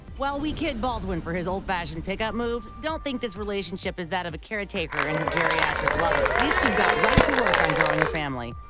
while we kid baldwin for his old-fashioned pick up moves, don't think this relationship is that of a caretaker and her geriatric lover. these two got right to work on growing a family.